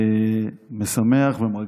משמח ומרגש.